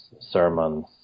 sermons